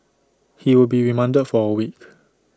he will be remanded for A week